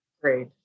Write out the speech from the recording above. Great